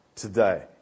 Today